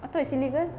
I thought is illegal